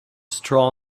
straw